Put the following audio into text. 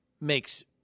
makes